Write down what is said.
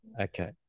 okay